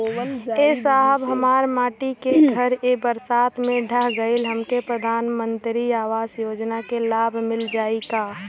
ए साहब हमार माटी क घर ए बरसात मे ढह गईल हमके प्रधानमंत्री आवास योजना क लाभ मिल जाई का?